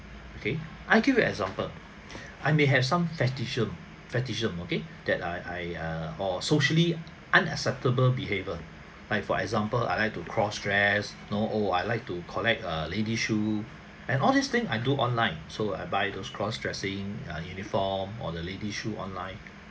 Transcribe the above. okay I give you example I may have some fetishism fetishism okay that I I uh or socially unacceptable behaviour by for example I like to cross dress you know oh I like to collect a lady shoe and all this thing I do online so I buy those cross dressing err uniform or the lady shoe online